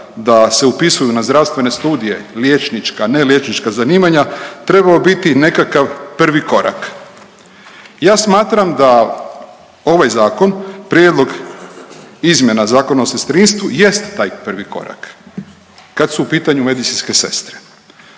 da se upisuju na zdravstvene studije liječnička, neliječnička zanimanja, trebao biti nekakav prvi korak. Ja smatram da ovaj zakon Prijedlog izmjena zakona o sestrinstvu jest taj prvi korak kad su u pitanju medicinske sestre.